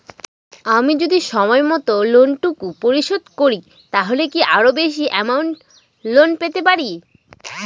আমি যদি সময় মত লোন টুকু পরিশোধ করি তাহলে কি আরো বেশি আমৌন্ট লোন পেতে পাড়ি?